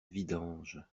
vidange